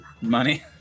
money